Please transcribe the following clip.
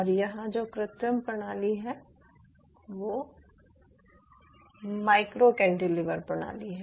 और यहाँ जो कृत्रिम प्रणाली है वो माइक्रो कैंटिलीवर प्रणाली है